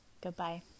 Goodbye